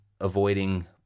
avoiding